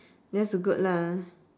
that's good lah